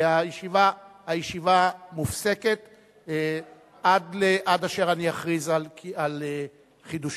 הישיבה מופסקת עד אשר אני אכריז על חידושה.